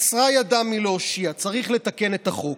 קצרה ידם מלהושיע, צריך לתקן את החוק.